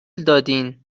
دادیدن